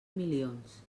milions